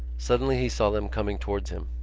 suddenly he saw them coming towards him.